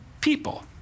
people